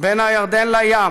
בין הירדן לים,